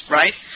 right